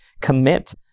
commit